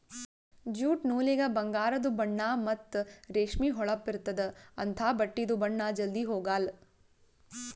jute ನೂಲಿಗ ಬಂಗಾರದು ಬಣ್ಣಾ ಮತ್ತ್ ರೇಷ್ಮಿ ಹೊಳಪ್ ಇರ್ತ್ತದ ಅಂಥಾ ಬಟ್ಟಿದು ಬಣ್ಣಾ ಜಲ್ಧಿ ಹೊಗಾಲ್